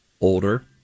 Older